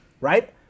right